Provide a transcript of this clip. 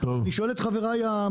אני שואל את חבריי.